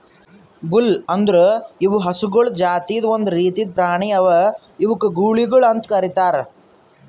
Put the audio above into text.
bull ಅಂದುರ್ ಇವು ಹಸುಗೊಳ್ ಜಾತಿ ಒಂದ್ ರೀತಿದ್ ಪ್ರಾಣಿ ಅವಾ ಇವುಕ್ ಗೂಳಿಗೊಳ್ ಅಂತ್ ಕರಿತಾರ್